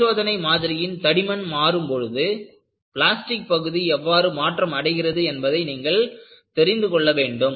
பரிசோதனை மாதிரியின் தடிமன் மாறும்பொழுது பிளாஸ்டிக் பகுதி எவ்வாறு மாற்றம் அடைகிறது என்பதை நீங்கள் தெரிந்து கொள்ள வேண்டும்